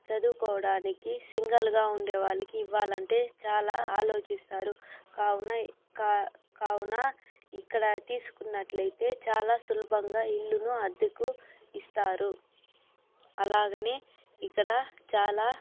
చదువుకోడానికి సింగల్గా ఉండే వాళ్ళకి ఇవ్వాలంటే చాలా ఆలోచిస్తారు కావున కావున ఇక్కడ తీసుకున్నట్లయితే చాలా సులభంగా ఇల్లును అద్దెకు ఇస్తారు అలాగని ఇక్కడ చాలా